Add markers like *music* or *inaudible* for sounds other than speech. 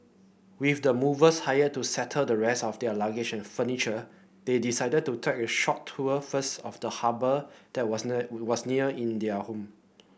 with the movers hired to settle the rest of their luggage and furniture they decided to take a short tour first of the harbour that was *unintelligible* was near in their home